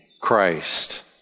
Christ